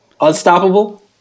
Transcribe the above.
Unstoppable